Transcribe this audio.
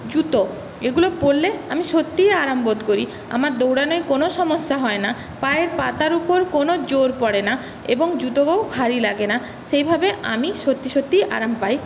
জুতো এগুলো পড়লে আমি সত্যিই আরাম বোধ করি আমার দৌড়ানোই কোনো সমস্যা হয়না পায়ের পাতার ওপর কোনো জোর পড়ে না এবং জুতোও ভারী লাগে না সেভাবে আমি সত্যি সতিই আরাম পাই